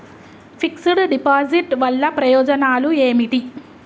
Fix డ్ deposit వల్ల ప్రయోజనాలు ఏమిటి?